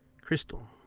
crystal